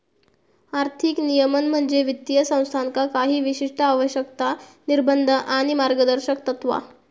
आर्थिक नियमन म्हणजे वित्तीय संस्थांका काही विशिष्ट आवश्यकता, निर्बंध आणि मार्गदर्शक तत्त्वा